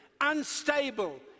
unstable